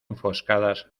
enfoscadas